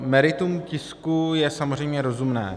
Meritum tisku je samozřejmě rozumné.